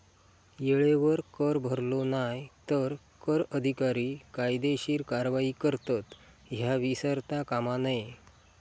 येळेवर कर भरलो नाय तर कर अधिकारी कायदेशीर कारवाई करतत, ह्या विसरता कामा नये